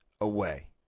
away